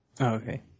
Okay